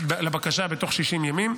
לבקשה בתוך 60 ימים,